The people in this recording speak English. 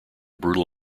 brutal